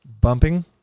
Bumping